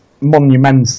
monumental